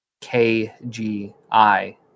KGI